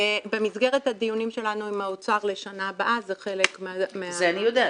במסגרת הדיונים שלנו עם האוצר לשנה הבאה זה חלק מה --- זה אני יודעת.